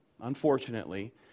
unfortunately